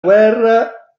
guerra